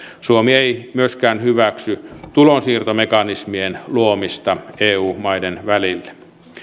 suomi ei myöskään hyväksy tulonsiirtomekanismien luomista eu maiden välille